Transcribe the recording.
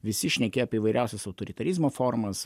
visi šnekėjo apie įvairiausias autoritarizmo formas